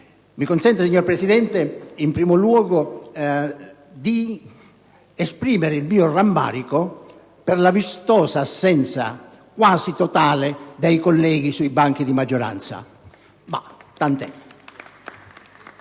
Mi consenta, signor Presidente, in primo luogo di esprimere il mio rammarico per la vistosa assenza, quasi totale, dei colleghi della maggioranza. *(Applausi